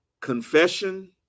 confession